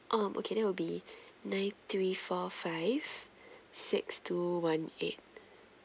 oh okay that'll be nine three four five six two one eight